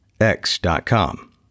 x.com